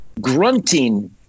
grunting